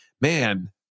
man